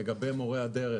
לגבי מורי הדרך